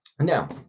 Now